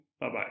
Bye-bye